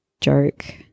joke